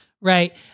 right